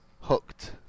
hooked